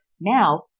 Now